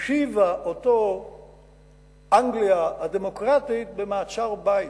הושיבה אותו אנגליה הדמוקרטית במעצר-בית.